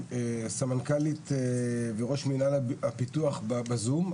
סמנכ"לית וראש מינהל הפיתוח בזום.